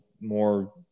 more